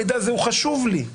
המידע הזה הוא חשוב לי,